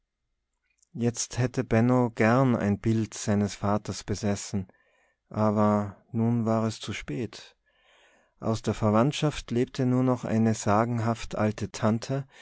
jetzt hätte benno gern ein bild seines vaters besessen aber nun war es zu spät aus der verwandtschaft lebte nur noch eine sagenhaft alte tante